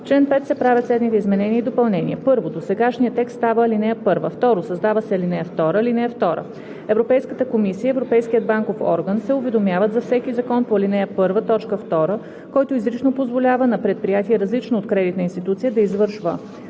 чл. 5 се правят следните изменения и допълнения: 1. Досегашният текст става ал. 1. 2. Създава се ал. 2: „(2) Европейската комисия и Европейският банков орган (ЕБО) се уведомяват за всеки закон по ал. 1, т. 2, който изрично позволява на предприятие, различно от кредитна институция, да извършва